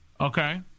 Okay